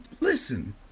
listen